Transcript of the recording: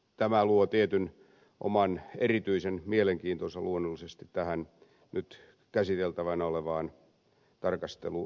tämä luo tietyn oman erityisen mielenkiintonsa luonnollisesti tähän nyt käsiteltävänä olevaan tarkastelujaksoon